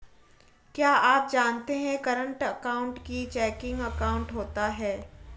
क्या आप जानते है करंट अकाउंट ही चेकिंग अकाउंट होता है